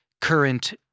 current